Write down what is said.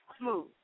Smooth